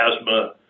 asthma